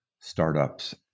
startups